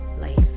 life